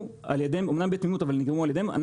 על ידיהם אמנם בתמימות אבל נגרמו על ידיהם.